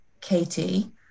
Katie